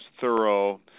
thorough